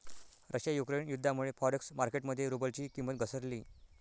Russia Ukraine युद्धामुळे forex market मध्ये रुबलची किंमत घसरली